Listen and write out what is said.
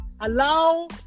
allow